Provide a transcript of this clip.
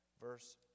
verse